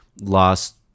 lost